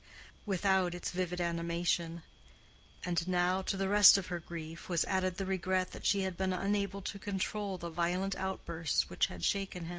without its vivid animation and now, to the rest of her grief, was added the regret that she had been unable to control the violent outburst which had shaken him.